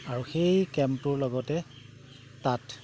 আৰু সেই কেম্পটোৰ লগতে তাত